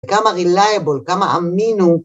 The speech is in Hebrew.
כמה reliable, כמה אמין הוא